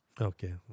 Okay